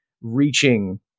reaching